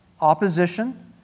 opposition